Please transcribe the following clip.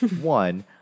one